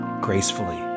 Gracefully